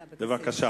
אבקסיס.